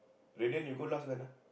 Radiant you go last when ah